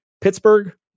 Pittsburgh